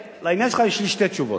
לעניין שלך יש לי שתי תשובות.